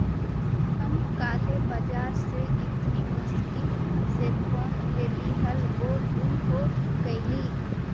हम काले बाजार से इतनी मुश्किल से फोन लेली हल वो गुम हो गेलई